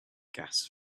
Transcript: gas